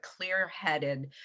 clear-headed